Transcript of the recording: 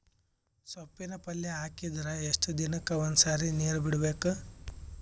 ಸೊಪ್ಪಿನ ಪಲ್ಯ ಹಾಕಿದರ ಎಷ್ಟು ದಿನಕ್ಕ ಒಂದ್ಸರಿ ನೀರು ಬಿಡಬೇಕು?